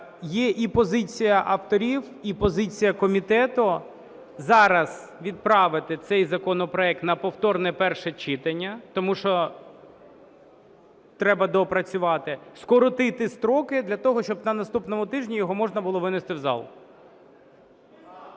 Є і позиція авторів, і позиція комітету зараз відправити цей законопроект на повторне перше читання, тому що треба доопрацювати, скоротити строки для того, щоб на наступному тижні його можна було винести в зал.